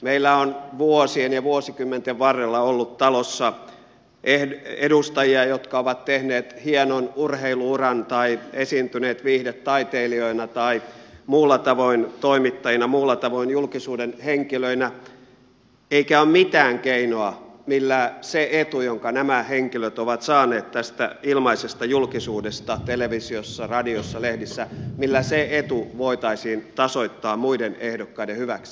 meillä on vuosien ja vuosikymmenten varrella ollut talossa edustajia jotka ovat tehneet hienon urheilu uran tai esiintyneet viihdetaiteilijoina tai toimittajina tai muulla tavoin julkisuuden henkilöinä eikä ole mitään keinoa millä se etu jonka nämä henkilöt ovat saaneet tästä ilmaisesta julkisuudesta televisiossa radiossa lehdissä voitaisiin tasoittaa muiden ehdokkaiden hyväksi